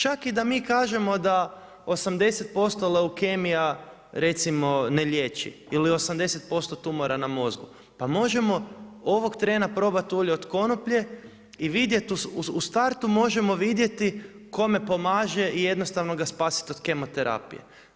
Čak i da mi kažemo da 80% leukemija recimo ne liječi ili 80% tumora na mozgu, pa možemo ovog trena probati ulje od konoplje i vidjeti u startu kome pomaže i jednostavno ga spasiti od kemoterapije.